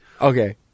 Okay